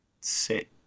sit